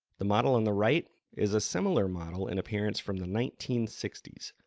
the model on the right is a similar model in appearance from the nineteen sixty s.